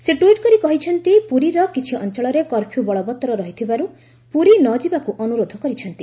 ସେ ଟ୍ୱିଟ କରି କହିଛନ୍ତି ପୁରୀର କିଛି ଅଂଚଳରେ କର୍ପ୍ୟୁ ବଳବତ୍ତର ରହିଥିବାରୁ ସେ ପୁରୀ ନ ଯିବାକୁ ଅନୁରୋଧ କରିଛନ୍ତି